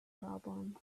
problem